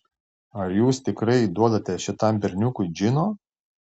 ar jūs tikrai duodate šitam berniukui džino